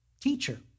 teacher